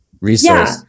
resource